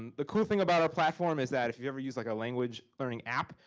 and the cool thing about our platform is that if you ever use like a language learning app,